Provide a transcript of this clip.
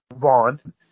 Vaughn